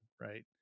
Right